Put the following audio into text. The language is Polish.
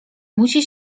musi